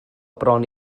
bron